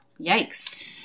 yikes